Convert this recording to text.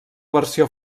versió